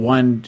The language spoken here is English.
One